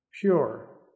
pure